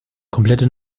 komplette